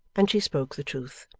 and she spoke the truth.